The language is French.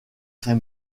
très